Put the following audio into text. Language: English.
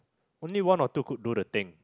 only one or two could do the thing